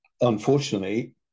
unfortunately